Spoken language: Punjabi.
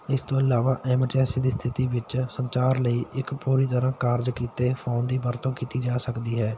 ਇਸ ਤੋਂ ਇਲਾਵਾ ਐਮਰਜੈਂਸੀ ਦੀ ਸਥਿਤੀ ਵਿੱਚ ਸੰਚਾਰ ਲਈ ਇੱਕ ਪੂਰੀ ਤਰ੍ਹਾਂ ਚਾਰਜ ਕੀਤੇ ਫੋਨ ਦੀ ਵਰਤੋਂ ਕੀਤੀ ਜਾ ਸਕਦੀ ਹੈ